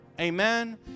Amen